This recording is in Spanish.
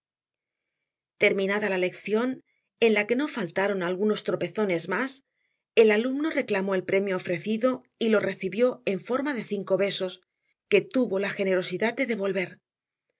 terminada la lección en la que no faltaron algunos tropezones más el alumno reclamó el premio ofrecido y lo recibió en forma de cinco besos que tuvo la generosidad de devolver